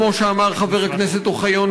כמו שאמר חבר הכנסת אוחיון,